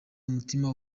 umutima